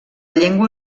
llengua